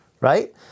right